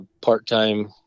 part-time